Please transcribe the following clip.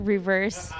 Reverse